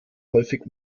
häufig